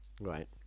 right